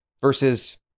versus